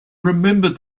remembered